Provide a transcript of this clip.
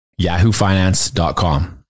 yahoofinance.com